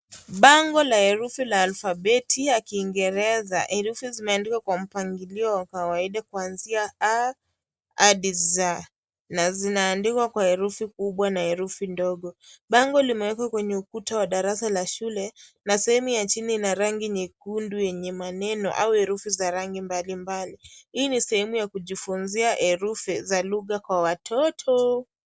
Bango la herufi la alfabeti ya kiingereza. Herufi zimeandikwa kwa mpangilio wa kawaida kuanzia A hadi Z. Na zinaandikwa kwa herufi kubwa na herufi ndogo. Bango limewekwa kwenye ukuta wa darasa la shule, na sehemu ya chini ina rangi nyekundu yenye maneno au herufi za rangi mbalimbali. Hii ni sehemu ya kujifunzia herufi za lugha kwa watoto.